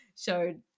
showed